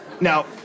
Now